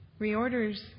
reorders